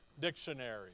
dictionary